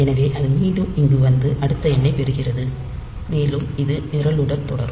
எனவே அது மீண்டும் இங்கு வந்து அடுத்த எண்ணைப் பெறுகிறது மேலும் இது நிரலுடன் தொடரும்